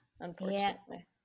unfortunately